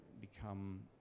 become